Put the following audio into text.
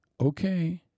okay